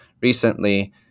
recently